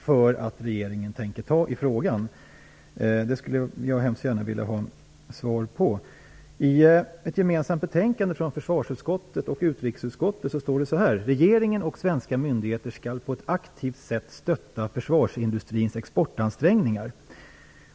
Detta skulle jag mycket gärna vilja ha svar på. I ett gemensamt betänkande från utrikes och försvarsutskottet står det så här: Regeringen och svenska myndigheter skall på ett aktivt sätt stötta försvarsindustrins exportansträngningar.